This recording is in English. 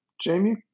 Jamie